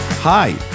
Hi